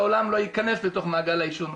לעולם לא ייכנס לתוך מעגל העישון.